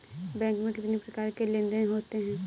Bank में कितनी प्रकार के लेन देन देन होते हैं?